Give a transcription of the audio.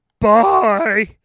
bye